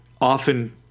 often